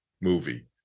movie